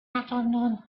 afternoon